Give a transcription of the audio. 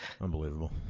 Unbelievable